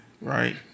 right